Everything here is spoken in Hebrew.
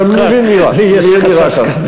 גם לי נראה כך.